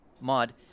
Mod